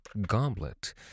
goblet